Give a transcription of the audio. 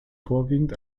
vorwiegend